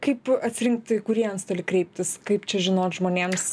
kaip atsirinkt į kurį antstolį kreiptis kaip čia žinot žmonėms